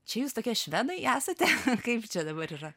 čia jūs tokie švedai esate kaip čia dabar yra